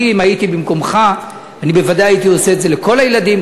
אם הייתי במקומך ודאי הייתי עושה את זה לכל הילדים,